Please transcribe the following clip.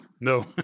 No